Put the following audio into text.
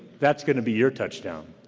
that's gonna be your touchdown.